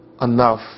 enough